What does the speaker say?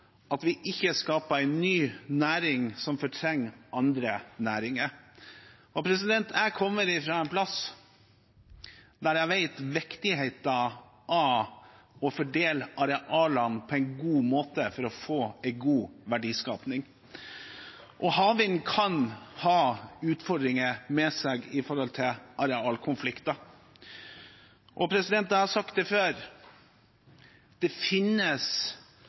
at vi ikke skaper en ny næring som fortrenger andre næringer. Jeg kommer fra en plass der jeg vet viktigheten av å fordele arealene på en god måte for å få en god verdiskaping, og havvind kan ha utfordringer i seg med tanke på arealkonflikter. Jeg har sagt det før: Det finnes